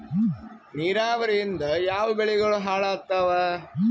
ನಿರಾವರಿಯಿಂದ ಯಾವ ಬೆಳೆಗಳು ಹಾಳಾತ್ತಾವ?